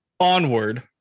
Onward